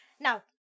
Now